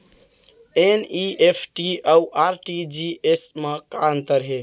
NEFT अऊ RTGS मा का अंतर हे?